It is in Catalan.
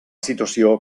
situació